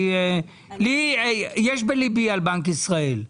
אני, יש בליבי על בנק ישראל.